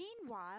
Meanwhile